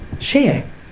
share